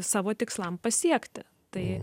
savo tikslam pasiekti tai